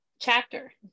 chapter